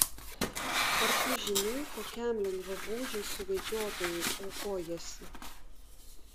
ar tu žinai kokiam lengvabūdžiui suvedžiotojui aukojiesi